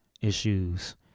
issues